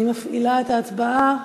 אני מפעילה את ההצבעה.